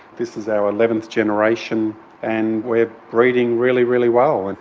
this is our eleventh generation and we are breeding really, really well. and